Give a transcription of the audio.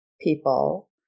people